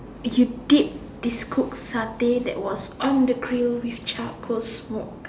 if you dip this cooked stay that was on the grill with charcoal smoke